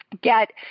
Get